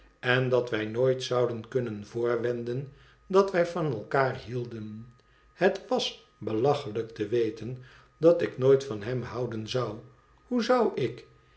en dat wij nooit zouden kunnen voorwenden dat wij van elkander hielden het wds belachelijk te weten dat ik nooit van hem houden zou hoe zou ik